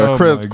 Chris